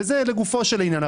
זה לגופו של עניין.